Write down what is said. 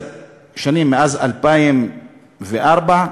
עשר שנים, מאז 2004,